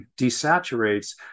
desaturates